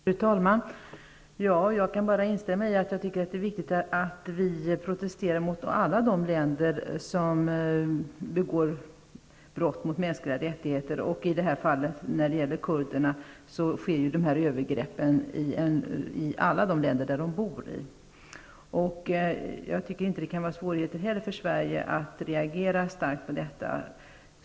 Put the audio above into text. Fru talman! Jag kan bara instämma i att det är viktigt att vi protesterar mot alla de länder som begår brott mot mänskliga rättigheter, och övergreppen mot kurderna sker i alla de länder där kurderna bor. Jag tycker inte heller att det kan vara svårt för Sverige att reagera starkt på detta.